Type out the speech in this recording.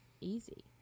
easy